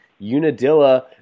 Unadilla